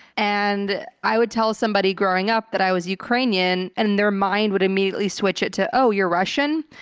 and i would tell somebody growing up that i was ukrainian, and their mind would immediately switch it to, oh, you're russian.